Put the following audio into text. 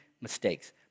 mistakes